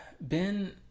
Ben